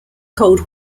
cold